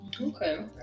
okay